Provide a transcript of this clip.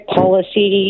policy